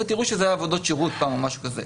ותראו שזה היה עבודות שירות פעם או משהו כזה.